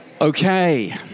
Okay